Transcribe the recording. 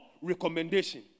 recommendation